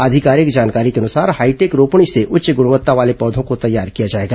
आधिकारिक जानकारी के अनुसार हाईटेक रोपणी से उच्च गणवत्ता वाले पौधों को तैयार किया जाएगा